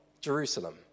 Jerusalem